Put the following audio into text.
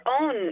own